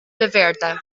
bewährte